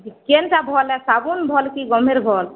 କେନ୍ଟା ଭଲ୍ ଆଏ ସାଗୁନ୍ ଭଲ୍ କି ଗମେର୍ ଭଲ୍